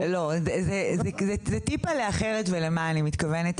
זה טיפה אחרת ולמה אני מתכוונת?